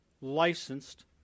licensed